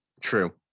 True